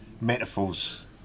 metaphors